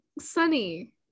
Sunny